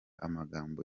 amagambo